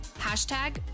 Hashtag